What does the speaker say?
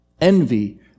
Envy